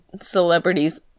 celebrities